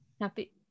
happy